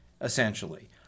essentially